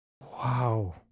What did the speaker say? Wow